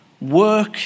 Work